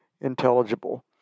intelligible